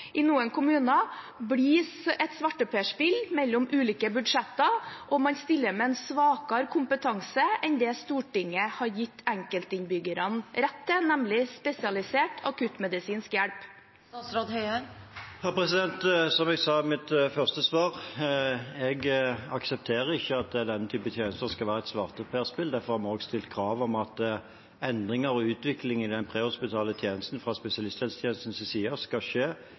i noen kommuner blir et svarteperspill mellom ulike budsjetter, og man stiller med en svakere kompetanse enn det Stortinget har gitt enkeltinnbyggerne rett til, nemlig spesialisert akuttmedisinsk hjelp? Som jeg sa i mitt første svar: Jeg aksepterer ikke at den typen tjenester skal være et svarteperspill. Derfor har vi stilt krav om at endringer og utvikling i den prehospitale tjenesten fra spesialisthelsetjenestens side skal skje